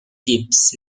tips